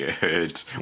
Good